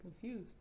confused